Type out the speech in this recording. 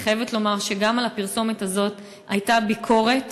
אני חייבת לומר שגם על הפרסומת הזאת הייתה ביקורת,